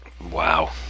wow